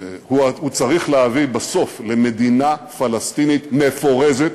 הוא צריך להביא בסוף למדינה פלסטינית מפורזת,